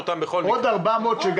יש 500 איש